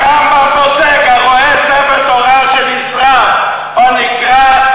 הרמב"ם פוסק: הרואה ספר תורה שנשרף או נקרע,